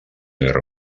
guerra